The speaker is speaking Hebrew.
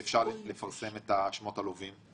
שאפשר לפרסם את שמות הלווים?